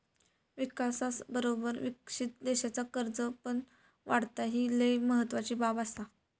विकासाबरोबर विकसित देशाचा कर्ज पण वाढता, ही लय महत्वाची बाब आसा